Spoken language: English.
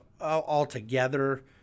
altogether